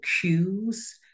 cues